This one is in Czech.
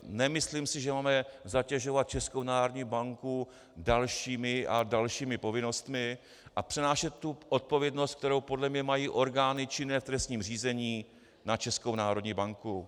Nemyslím si, že máme zatěžovat Českou národní banku dalšími a dalšími povinnostmi a přenášet odpovědnost, kterou podle mne mají orgány činné v trestním řízení, na Českou národní banku.